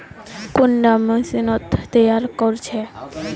कुंडा मशीनोत तैयार कोर छै?